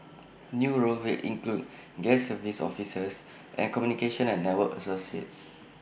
new roles will include guest services officers and communication and network associates